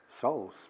souls